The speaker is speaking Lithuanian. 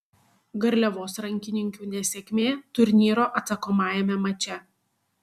garliavos rankininkių nesėkmė turnyro atsakomajame mače